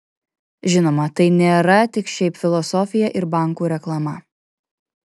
žinoma tai nėra tik šiaip filosofija ir bankų reklama